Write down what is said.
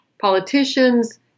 politicians